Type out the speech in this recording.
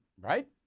Right